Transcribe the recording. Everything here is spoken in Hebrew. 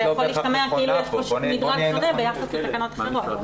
משתמע כאילו יש כאן מדרג שונה ביחס לתקנות אחרות.